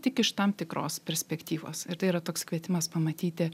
tik iš tam tikros perspektyvos ir tai yra toks kvietimas pamatyti